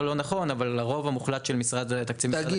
הרוב המוחלט של תקציבי משרד הכלכלה --- תגיד,